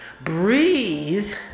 breathe